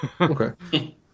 Okay